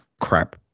crap